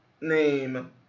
name